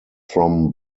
from